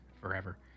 forever